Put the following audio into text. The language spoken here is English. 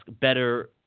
better